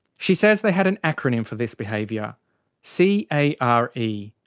she says they had an acronym for this behaviour c. a. r. e.